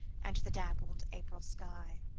and the dappled april sky.